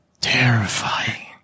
terrifying